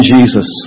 Jesus